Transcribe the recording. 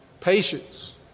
patience